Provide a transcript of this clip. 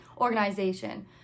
organization